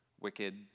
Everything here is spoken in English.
wicked